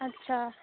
ᱟᱪᱪᱷᱟ